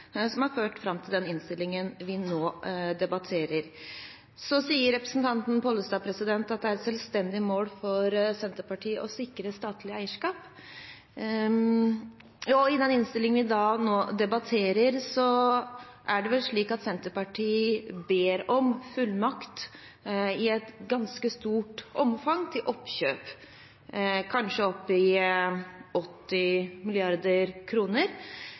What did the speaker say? som har ført fram til den innstillingen vi nå debatterer. Så sier representanten Pollestad at det er et selvstendig mål for Senterpartiet å sikre statlig eierskap. I denne innstillingen vi nå debatterer, er det vel slik at Senterpartiet ber om fullmakt – i et ganske stort omfang – til oppkjøp, kanskje opp mot 80